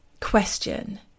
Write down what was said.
question